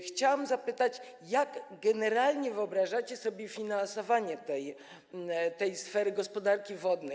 Chciałabym zapytać: Jak generalnie wyobrażacie sobie finansowanie tej sfery gospodarki wodnej?